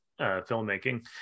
filmmaking